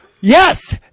Yes